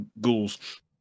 ghouls